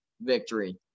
victory